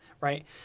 right